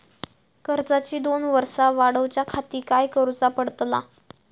कर्जाची दोन वर्सा वाढवच्याखाती काय करुचा पडताला?